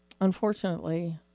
unfortunately